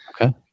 Okay